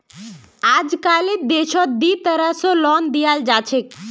अजकालित देशत दी तरह स लोन दियाल जा छेक